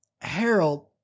Harold